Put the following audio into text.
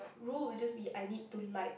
rule is just be I need to like